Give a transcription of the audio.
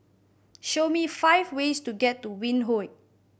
show me five ways to get to Windhoek